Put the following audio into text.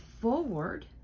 forward